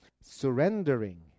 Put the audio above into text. Surrendering